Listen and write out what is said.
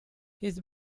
his